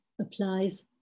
applies